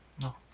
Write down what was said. No